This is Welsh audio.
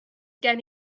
gen